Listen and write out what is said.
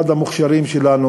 אחד המוכשרים שלנו,